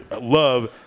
love